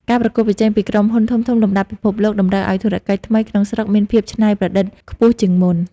ការប្រកួតប្រជែងពីក្រុមហ៊ុនធំៗលំដាប់ពិភពលោកតម្រូវឱ្យធុរកិច្ចថ្មីក្នុងស្រុកមានភាពច្នៃប្រឌិតខ្ពស់ជាងមុន។